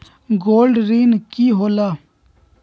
Gold ऋण की होला?